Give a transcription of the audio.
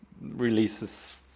releases